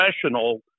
professional